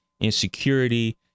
insecurity